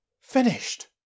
Finished